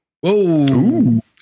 Whoa